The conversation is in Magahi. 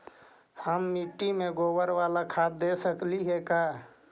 हम मिट्टी में गोबर बाला खाद दे सकली हे का?